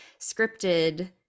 scripted